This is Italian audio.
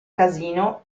casino